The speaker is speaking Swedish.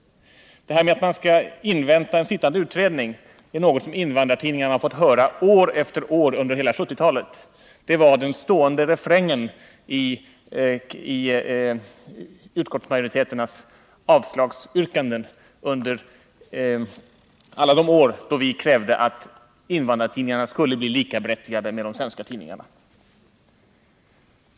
Att man skall invänta en sittande utredning är någonting som invandrartidningarna har fått höra år efter år under hela 1970-talet. Det var den stående refrängen i utskottsmajoriteternas yrkanden på avslag under alla de år då vi krävde att invandrartidningarna skulle bli likaberättigade med de svenska tidningarna.